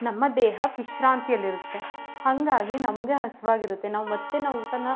ನಮ್ಮ ದೇಹ ವಿಶ್ರಾಂತಿಯಲ್ಲಿರುತ್ತೆ ಹಾಗಾಗಿ ನಮಗೆ ಹಸಿವಾಗಿರುತ್ತೆ ನಾವು ಮತ್ತೆ ನಾವು ಊಟ